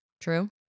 True